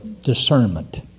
discernment